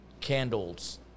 candles